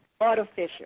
artificial